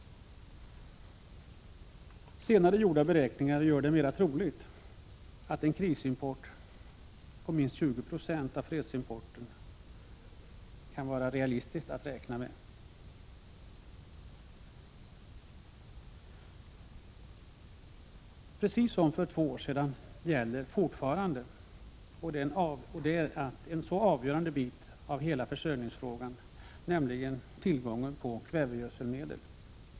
Senare gjorda beräkningar gör mera troligt att en kristidsimport på minst 20 96 av fredstidsimporten torde vara mer realistisk. Liksom för två år sedan gäller fortfarande att en fråga av avgörande vikt för försörjningen måste klaras, nämligen tillgången på kvävegödselmedel.